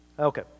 Okay